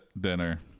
dinner